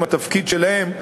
שהתפקיד שלהם,